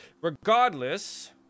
Regardless